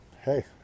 Hey